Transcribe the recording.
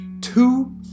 Two